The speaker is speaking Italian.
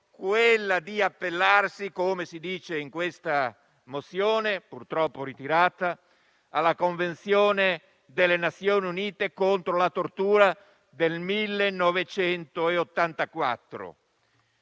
Unite, di appellarsi - come si dice nella mozione purtroppo ritirata - alla Convenzione delle Nazioni Unite contro la tortura del 1984.